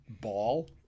ball